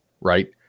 right